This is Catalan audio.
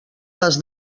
les